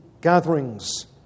gatherings